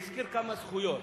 והזכיר כמה זכויות,